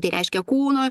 tai reiškia kūno